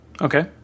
Okay